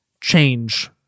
change